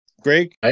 Greg